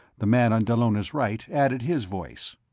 the man on dallona's right added his voice.